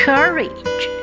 Courage